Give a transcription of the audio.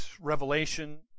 revelation